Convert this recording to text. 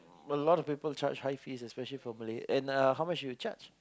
well a lot of people charge high fees especially for Malay and uh how much do you charge